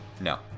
No